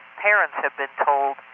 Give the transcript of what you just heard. parents have been told,